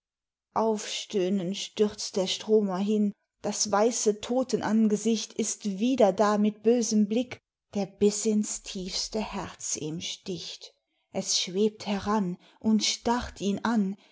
aufstöhnend stürzt der stromer hin das weiße totenangesicht ist wieder da mit bösem blick der bis ins tiefste herz ihm sticht es schwebt heran und starrt ihn an